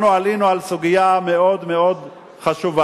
אנחנו עלינו על סוגיה מאוד מאוד חשובה,